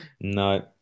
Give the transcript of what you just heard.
No